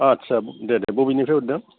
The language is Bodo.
आटसा दे दे बबेनिफ्राय हरदों